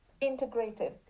integrated